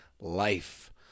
life